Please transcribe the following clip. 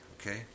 okay